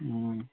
ꯎꯝ